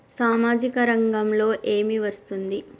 సామాజిక రంగంలో ఏమి వస్తుంది?